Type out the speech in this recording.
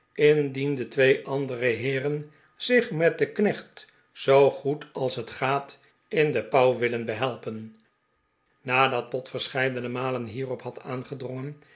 de twee andere heeren zich met den knecht zoo goed als het gaat in de pauw willen behelpen nadat pott verscheidene malen hierop had aangedrongen